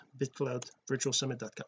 bitcloudvirtualsummit.com